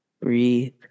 Breathe